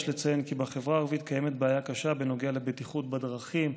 יש לציין כי בחברה הערבית קיימת בעיה קשה בנוגע לבטיחות בדרכים.